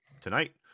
tonight